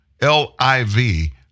L-I-V